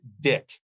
dick